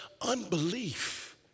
unbelief